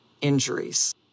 injuries